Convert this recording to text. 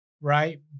right